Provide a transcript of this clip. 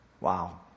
Wow